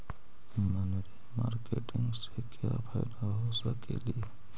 मनरी मारकेटिग से क्या फायदा हो सकेली?